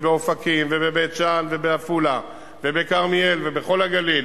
באופקים ובבית-שאן ובעפולה ובכרמיאל ובכל הגליל